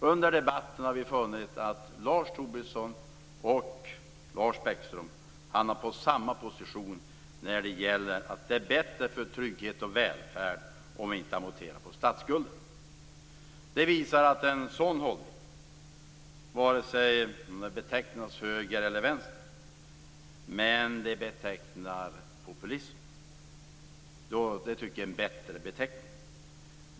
Under debatten har jag funnit att Lars Tobisson och Lars Bäckström hamnar i samma position när det gäller att det är bättre för trygghet och välfärd om vi inte amorterar statsskulden. Det visar att en sådan hållning, vare sig den finns till höger eller vänster, betecknar populism. Det tycker jag är en bättre beteckning.